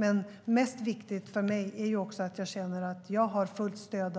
Men mest viktigt för mig är att jag känner att jag har fullt stöd